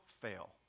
fail